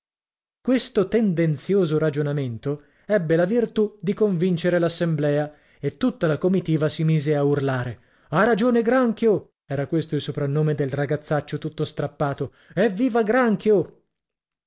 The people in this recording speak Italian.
questo tendenzioso ragionamento ebbe la virtù di convincere l'assemblea e tutta la comitiva si mise a urlare ha ragione granchio era questo il soprannome del ragazzaccio tutto strappato evviva granchio